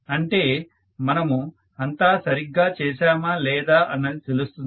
అంటే మనము అంతా సరిగ్గా చేశామా లేదా అన్నది తెలుస్తుంది